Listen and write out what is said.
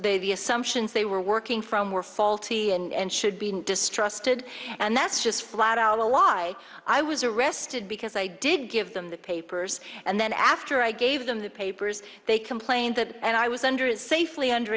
the assumptions they were working from were faulty and should be distrusted and that's just flat out a lie i was arrested because i did give them the papers and then after i gave them the papers they complained that and i was under it safely under